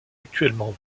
actuellement